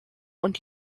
und